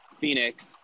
Phoenix